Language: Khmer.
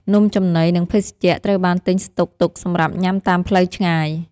នំចំណី និងភេសជ្ជៈត្រូវបានទិញស្តុកទុកសម្រាប់ញ៉ាំតាមផ្លូវឆ្ងាយ។